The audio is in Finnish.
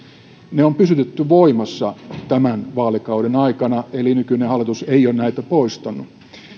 ne on pysytetty voimassa tämän vaalikauden aikana eli nykyinen hallitus ei ole näitä poistanut